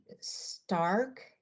stark